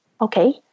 Okay